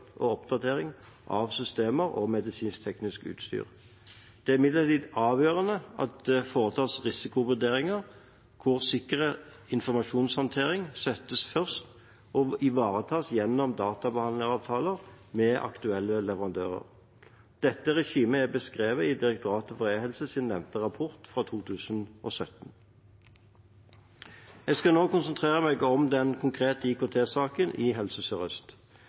og oppdatering av systemene og medisinsk-teknisk utstyr. Det er imidlertid avgjørende at det foretas risikovurderinger hvor sikker informasjonshåndtering settes først og ivaretas gjennom databehandleravtaler med de aktuelle leverandørene. Dette regimet er beskrevet i Direktoratet for e-helse sin nevnte rapport fra 2017. Jeg skal nå konsentrere meg om den konkrete IKT-saken i Helse